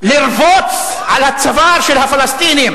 לרבוץ על הצוואר של הפלסטינים,